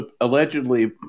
allegedly